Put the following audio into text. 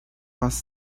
was